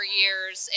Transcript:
years